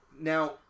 Now